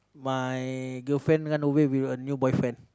my girlfriend run away with a new boyfriend